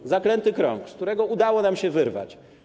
To zaklęty krąg, z którego udało nam się wyrwać.